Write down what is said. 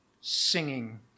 singing